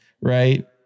Right